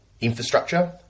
infrastructure